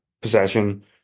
possession